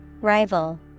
rival